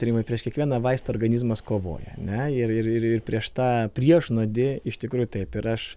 tyrimai prieš kiekvieną vaistą organizmas kovoja ane ir ir ir ir prieš tą priešnuodį iš tikrųjų taip ir aš